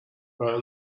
right